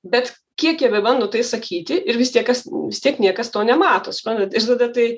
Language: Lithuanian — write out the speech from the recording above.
bet kiek jie bebando tai sakyti ir vis tiek kas vis tiek niekas to nemato suprantat ir tada tai